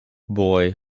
boy